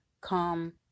come